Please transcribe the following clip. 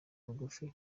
bugufi